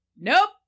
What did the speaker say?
Nope